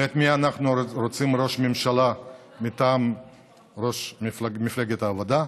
ואת מי אנחנו רוצים ראש ממשלה מטעם מפלגת העבודה?